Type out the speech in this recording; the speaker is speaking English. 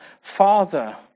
father